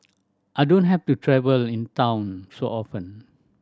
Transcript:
I don't have to travel in town so often